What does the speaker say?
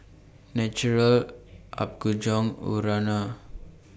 Naturel Apgujeong Urana